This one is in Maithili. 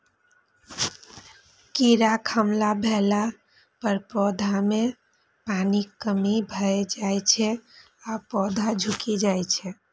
कीड़ाक हमला भेला पर पौधा मे पानिक कमी भए जाइ छै आ पौधा झुकि जाइ छै